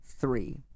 three